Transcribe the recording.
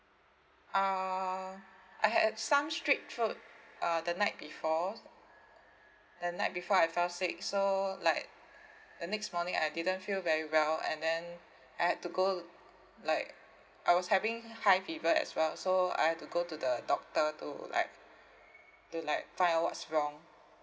uh I have some strep throat uh the night before the night before I fell sick so like the next morning I didn't feel very well and then I had to go like I was having high fever as well so I had to go to the doctor to like to like find out what's wrong